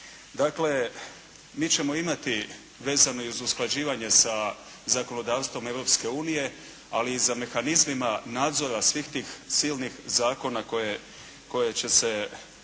Dakle, mi ćemo imati, vezano i uz usklađivanje sa zakonodavstvom Europske unije, ali i za mehanizmima nadzora svih tih silnih zakona koje će se